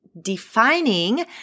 Defining